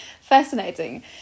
Fascinating